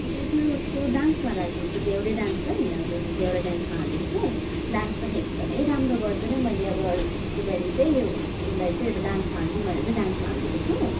मैले चाहिँ उसको डान्समा राखिदिएको छु झ्याउरे डान्स छ नि हजुर मैले झ्याउरे डान्समा हालिदिएको छु डान्स पनि एकदमै राम्रो गर्छ र मैले अब यसपालि चाहिँ उसलाई चाहिँ अब डान्समा हालिदिऊँ भनेर डान्समा हालिदिएको छु